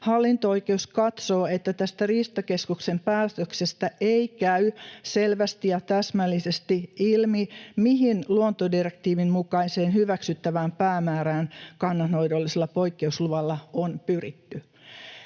Hallinto-oikeus katsoo, että tästä Riistakeskuksen päätöksestä ei käy selvästi ja täsmällisesti ilmi, mihin luontodirektiivin mukaiseen hyväksyttävään päämäärään kannanhoidollisella poikkeusluvalla on pyritty.